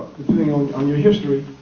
depending on on your history,